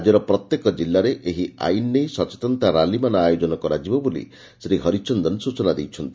ରାଜ୍ୟର ପ୍ରତ୍ୟେକ ଜିଲ୍ଲାରେ ଏହି ଆଇନ୍ ନେଇ ସଚେତନତା ର୍ୟାଲିମାନ ଆୟୋଜନ କରାଯିବ ବୋଲି ଶ୍ରୀ ହରିଚନ୍ଦନ ସ୍ଚନା ଦେଇଛନ୍ତି